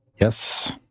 Yes